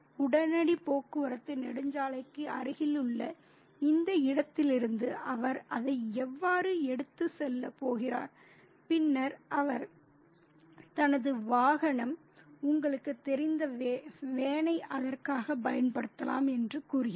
உடனடி போக்குவரத்து நெடுஞ்சாலைக்கு அருகிலுள்ள இந்த இடத்திலிருந்து அவர் அதை எவ்வாறு எடுத்துச் செல்லப் போகிறார் பின்னர் அவர் தனது வாகனம் உங்களுக்குத் தெரிந்த வேனை அதற்காகப் பயன்படுத்தலாம் என்று கூறுகிறார்